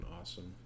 awesome